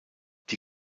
die